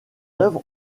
œuvres